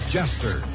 Jester